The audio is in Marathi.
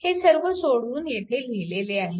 हे सर्व सोडवून येथे लिहिलेले आहे